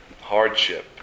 hardship